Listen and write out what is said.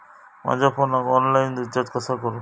माझ्या फोनाक online recharge कसा करू?